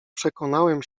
przekonałem